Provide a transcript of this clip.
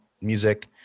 music